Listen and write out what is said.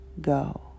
go